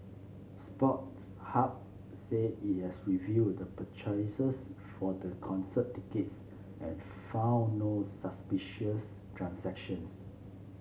Sports Hub said it has reviewed the purchases for the concert tickets and found no suspicious transactions